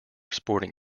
sporting